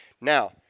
Now